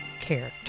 character